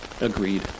Agreed